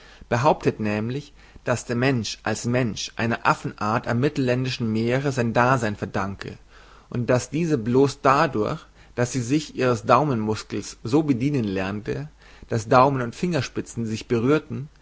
behauptet nämlich daß der mensch als mensch einer affenart am mittelländischen meere sein dasein verdanke und daß diese blos dadurch daß sie sich ihres daumenmuskels so bedienen lernte daß daumen und fingerspizen sich berührten